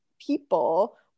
people